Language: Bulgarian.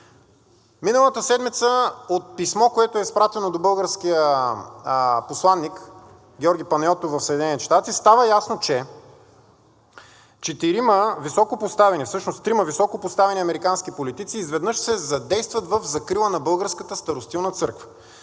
миналата седмица от писмо, което е изпратено до българския посланик Георги Панайотов в Съединените щати става ясно, че четирима високопоставени, всъщност трима високопоставени американски политици изведнъж се задействат в закрила на Българската старостилна църква.